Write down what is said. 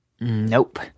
Nope